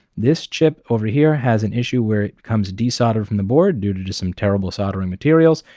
this chip over here has an issue where it comes desoldered from the board due to to some terrible soldering materials,